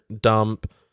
dump